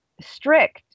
strict